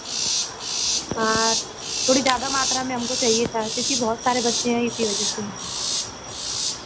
थोड़ी ज़्यादा मात्रा में हमको चाहिए था क्योंकि बहुत सारे बच्चे हैं इसी वजह से